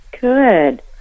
Good